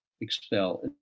expel